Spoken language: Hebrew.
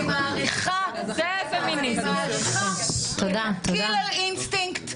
אני מעריכה את הקילר אינסטינקט,